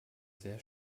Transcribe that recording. sehr